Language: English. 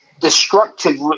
destructive